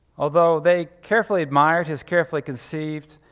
although they carefully admired his carefully conceived,